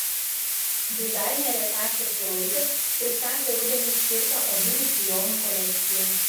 dizainerė kastė svilaitė pristatė rudeniui skirtą odinių sijonų kolekciją